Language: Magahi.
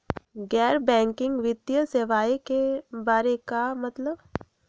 गैर बैंकिंग वित्तीय सेवाए के बारे का मतलब?